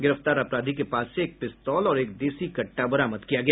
गिरफ्तार अपराधी के पास से एक पिस्तौल और एक देशी कट्टा बरामद किया गया